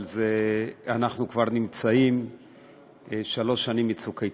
אבל אנחנו כבר שלוש שנים מצוק איתן.